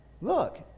Look